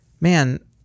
Man